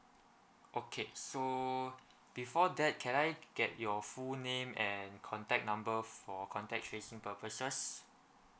okay so before that can I get your full name and contact number for contact tracing purposes